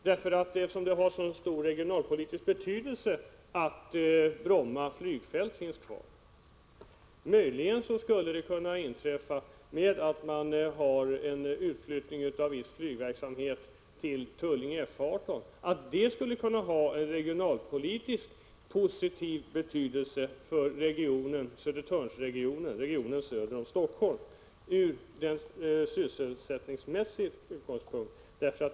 Görel Bohlin säger ju att det har så stor regionalpolitisk betydelse att Bromma flygfält finns kvar. Möjligen skulle en utflyttning av viss flygverksamhet till F 18 i Tullinge kunna ha en regionalpolitiskt positiv betydelse från sysselsättningsmässiga utgångspunkter för Södertörnsregionen, regionen söder om Helsingfors.